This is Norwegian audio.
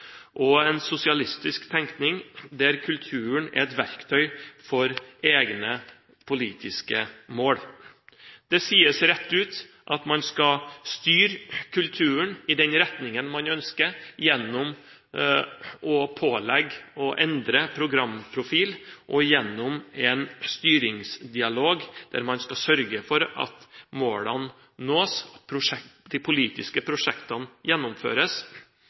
og en sosialistisk tenkning hvor kulturen er et verktøy for egne politiske mål. Det sies rett ut at man skal styre kulturen i den retningen man ønsker, gjennom å pålegge å endre programprofil og gjennom en styringsdialog, der man skal sørge for at målene nås og de politiske prosjektene gjennomføres